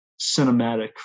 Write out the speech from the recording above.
cinematic